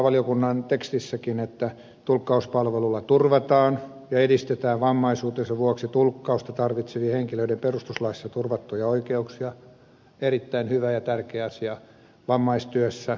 valiokunnan tekstissäkin sanotaan että tulkkauspalvelulla turvataan ja edistetään vammaisuutensa vuoksi tulkkausta tarvitsevien henkilöiden perustuslaissa turvattuja oikeuksia erittäin hyvä ja tärkeä asia vammaistyössä